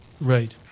Right